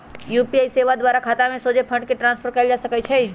UPI सेवा द्वारा खतामें सोझे फंड ट्रांसफर कएल जा सकइ छै